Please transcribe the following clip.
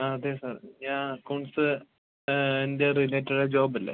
അതെ സാർ ഞാൻ അക്കൗണ്ട്സ് അതിൻ്റെ റിലേറ്റഡായിറ്റടായ ജോബല്ലേ